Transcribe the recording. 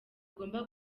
ugomba